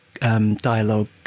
dialogue